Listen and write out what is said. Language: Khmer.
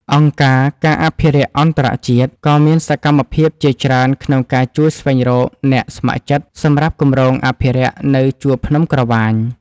អង្គការ ការអភិរក្សអន្តរជាតិ ក៏មានសកម្មភាពជាច្រើនក្នុងការជួយស្វែងរកអ្នកស្ម័គ្រចិត្តសម្រាប់គម្រោងអភិរក្សនៅជួរភ្នំក្រវាញ។